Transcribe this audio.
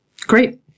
Great